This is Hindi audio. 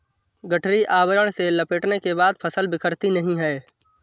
गठरी आवरण से लपेटने के बाद फसल बिखरती नहीं है